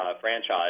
franchise